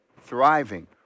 thriving